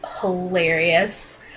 hilarious